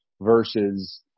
versus